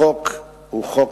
החוק הוא חוק,